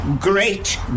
great